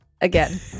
again